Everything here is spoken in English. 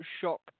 shock